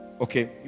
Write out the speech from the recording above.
okay